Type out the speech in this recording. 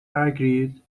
agreed